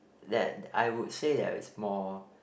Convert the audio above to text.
that I would say there's more